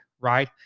right